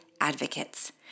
advocates